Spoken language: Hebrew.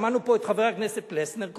שמענו פה את חבר הכנסת פלסנר קודם,